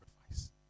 sacrifice